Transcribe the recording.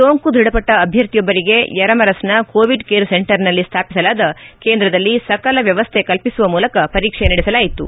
ಸೋಂಕು ದೃಢಪಟ್ಟು ಅಭ್ವರ್ಥಿಯೊಬ್ಬರಿಗೆ ಯರಮರಸ್ನ ಕೋವಿಡ್ ಕೇರ್ ಸೆಂಟರ್ನಲ್ಲಿ ಸ್ಟಾಪಿಸಲಾದ ಕೇಂದ್ರದಲ್ಲಿ ಸಕಲ ವ್ಯವಸ್ನೆ ಕಲ್ಲಿಸುವ ಮೂಲಕ ಪರೀಕ್ಷೆ ನಡೆಸಲಾಯಿತು